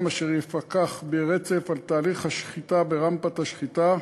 אשר יפקח ברצף על תהליך השחיטה ברמפת השחיטה,